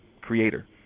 creator